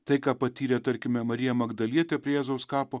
tai ką patyrė tarkime marija magdalietė prie jėzaus kapo